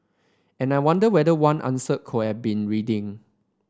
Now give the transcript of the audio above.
and I wonder whether one answer could have been reading